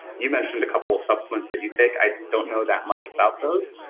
you mentioned a couple of supplements that you take. i don't know that much about those.